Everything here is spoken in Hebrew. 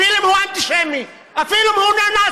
אפילו אם הוא אנטישמי, אפילו אם הוא ניאו-נאצי.